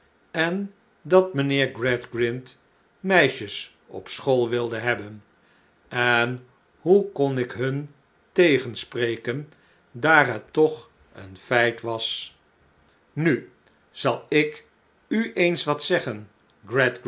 en dat mijnheer gradgrind meisjes op school wilde hebben en hoe kon ik hun tegenspreken daar het toch een feit was nu zal ik u eens wat zeggen